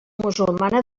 musulmana